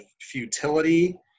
futility